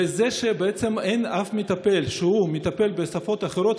ובעצם אין אף מטפל שהוא מטפל בשפות אחרות,